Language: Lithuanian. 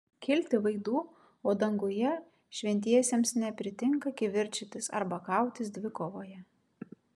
kilti vaidų o danguje šventiesiems nepritinka kivirčytis arba kautis dvikovoje